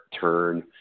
turn